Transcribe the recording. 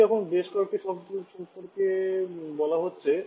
দুটোই এখন বেশ কয়েকটি শব্দ সম্পর্কে কথা বলা হচ্ছে